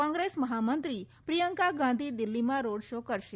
કોંગ્રેસ મહામંત્રી પ્રિયંકાગાંધી દીલ્હીમાં road show કરશે